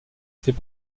fait